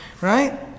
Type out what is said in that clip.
Right